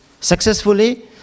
successfully